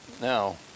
Now